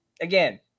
again